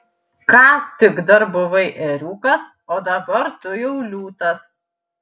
ką tik dar buvai ėriukas o dabar tu jau liūtas